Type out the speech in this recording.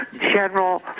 general